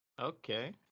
Okay